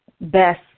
best